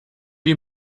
die